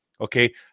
okay